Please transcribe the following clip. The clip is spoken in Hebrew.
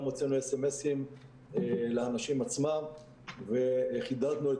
גם הוצאנו סמסים לאנשים עצמם וחידדנו את